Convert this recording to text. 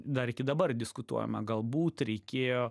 dar iki dabar diskutuojama galbūt reikėjo